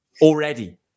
already